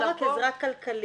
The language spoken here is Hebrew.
העזרה היא לא רק עזרה כלכלית,